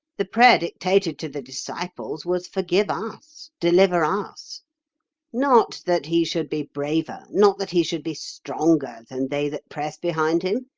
the prayer dictated to the disciples was forgive us deliver us not that he should be braver, not that he should be stronger than they that press behind him,